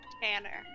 Tanner